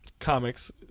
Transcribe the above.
comics